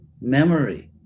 memory